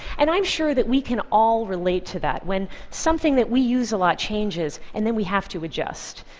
and i'm sure that we can all relate to that when something that we use a lot changes and then we have to adjust.